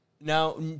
Now